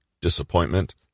disappointment